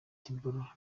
tiboroha